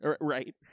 Right